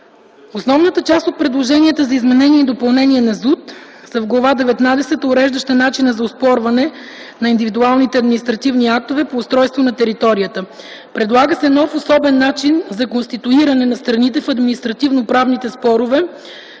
Основната част от предложенията за изменения и допълнения на ЗУТ са в глава деветнадесета, уреждаща начина на оспорване на индивидуалните административни актове по устройство на територията. Предлага се нов особен начин за конституиране на страните в административно-правните спорове